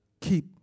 keep